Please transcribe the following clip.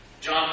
John